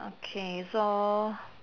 okay so